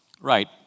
Right